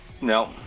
no